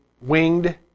winged